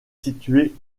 située